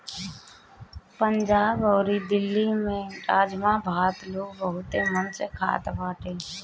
पंजाब अउरी दिल्ली में राजमा भात लोग बहुते मन से खात बाटे